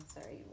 sorry